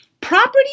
property